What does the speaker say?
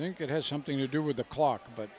i think it has something to do with the clock but